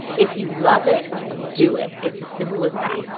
if you love it, do it. it's as simple as that.